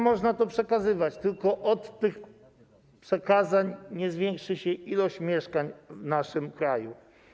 Można to przekazywać, tylko od tego przekazywania nie zwiększy się liczba mieszkań w naszym kraju.